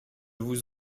vous